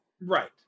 Right